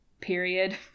period